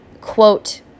quote